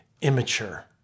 immature